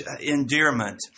endearment